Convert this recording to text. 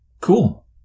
Cool